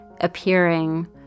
appearing